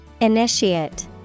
Initiate